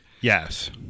yes